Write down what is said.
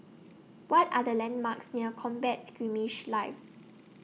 What Are The landmarks near Combat Skirmish Live